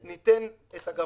אם אתם מורידים את הגיל,